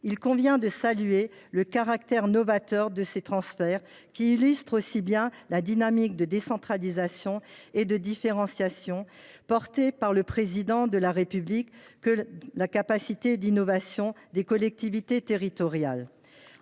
Il convient de saluer le caractère novateur de ces transferts, qui illustre aussi bien la dynamique de décentralisation et de différenciation voulue par le Président de la République que la capacité d’innovation des collectivités territoriales.